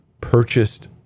purchased